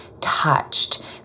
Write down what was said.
touched